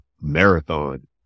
marathon